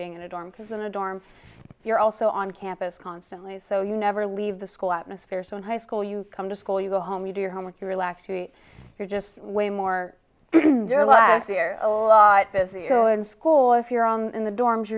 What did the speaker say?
being in a dorm because in a dorm you're also on campus constantly so you never leave the school atmosphere so in high school you come to school you go home you do your homework you relax to eat you're just way more or less we are a lot busier so in school if you're only in the dorms